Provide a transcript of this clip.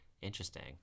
Interesting